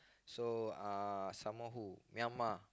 so uh some more who uh Myanmar